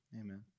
Amen